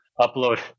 upload